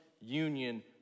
union